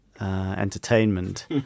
entertainment